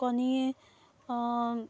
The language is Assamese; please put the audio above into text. কণী